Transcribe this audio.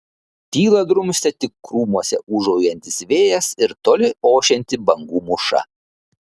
tylą drumstė tik krūmuose ūžaujantis vėjas ir toli ošianti bangų mūša